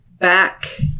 back